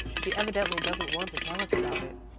she evidently doesn't want to tell us about it.